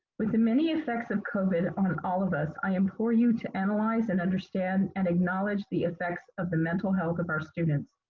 with the many effects of covid on all of us, i implore you to analyze and understand and acknowledge the effects of the mental health of our students.